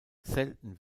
selten